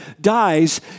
dies